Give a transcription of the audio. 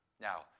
Now